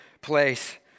place